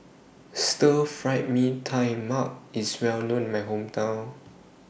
Stir Fried Mee Tai Mak IS Well known in My Hometown